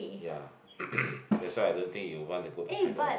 ya that's why I don't think you'd want to go to China